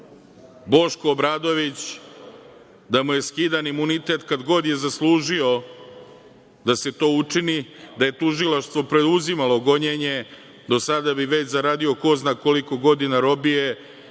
Obradović, da mu je skidan imunitet kad god je zaslužio da se to učini, da je Tužilaštvo preuzimalo gonjenje, do sada bi već zaradio ko zna koliko godina robije